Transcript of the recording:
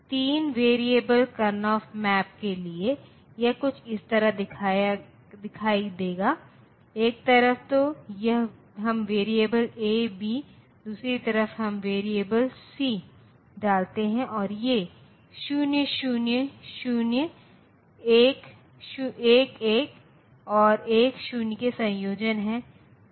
इसलिए हम पूरक करना शुरू करते हैं तो यह बिट 1 हो गया है यह 0 है यह 1 है और यह 1 है इसलिए यह 1's कॉम्प्लीमेंट नंबर सिस्टम में माइनस 4 का प्रतिनिधित्व है